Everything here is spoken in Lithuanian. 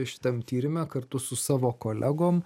šitam tyrime kartu su savo kolegom